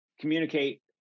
communicate